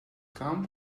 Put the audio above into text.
come